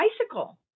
bicycle